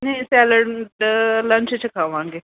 ਨਹੀਂ ਸੈਲਿਡ 'ਚ ਲੰਚ 'ਚ ਖਾਵਾਂਗੇ